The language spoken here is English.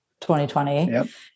2020